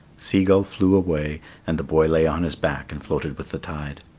sea gull flew away and the boy lay on his back and floated with the tide.